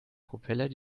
propeller